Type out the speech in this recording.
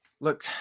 look